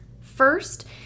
First